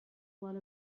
while